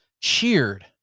cheered